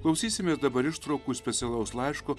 klausysimės dabar ištraukų iš specialaus laiško